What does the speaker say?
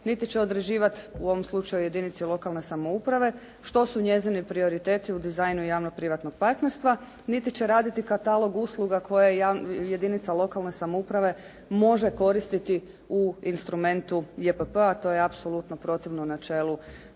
niti će određivati u ovom slučaju jedinici lokalne samouprave što su njezini prioriteti u dizajnu javno-privatnog partnerstva niti će raditi katalog usluga koje jedinica lokalne samouprave može koristiti u instrumentu JPP-a a to je apsolutno protivno načelu